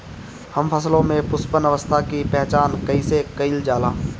हम फसलों में पुष्पन अवस्था की पहचान कईसे कईल जाला?